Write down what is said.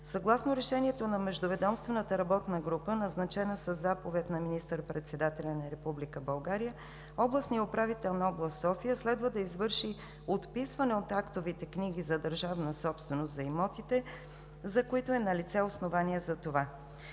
Съгласно Решението на Междуведомствената работна група, назначена със заповед на министър-председателя на Република България, областният управител на област София следва да извърши отписване от актовите книги за държавна собственост на имотите, за които е налице основание за това.